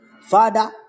Father